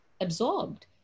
absorbed